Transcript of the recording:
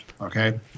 Okay